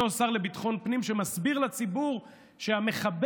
אותו שר לביטחון פנים, שמסביר לציבור שמחבל